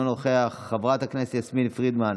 אינו נוכח, חברת הכנסת יסמין פרידמן,